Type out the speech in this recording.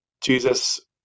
Jesus